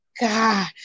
God